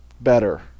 Better